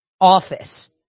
office